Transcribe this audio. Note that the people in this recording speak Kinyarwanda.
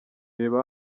reba